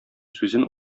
сүзен